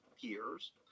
peers